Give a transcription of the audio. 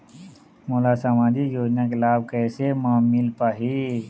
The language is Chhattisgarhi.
मोला सामाजिक योजना के लाभ कैसे म मिल पाही?